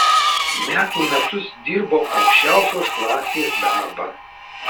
metų metus dirbau aukščiausios klasės darbą